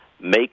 make